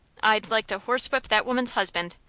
i'd like to horsewhip that woman's husband.